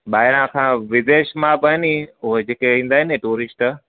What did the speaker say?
ॿाहिरां खां विदेश मां उहे जेके ईंदा आहिनि टूरिश्ट